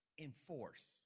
enforce